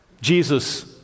Jesus